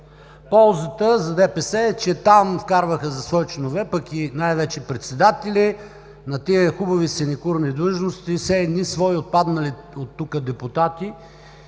Ползата за ДПС е, че там вкарваха за свои членове, пък и най-вече председатели на тези хубави синекурни длъжности, все един свои отпаднали от тук депутати